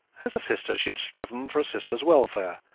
as a sister she had striven for a sister's welfare,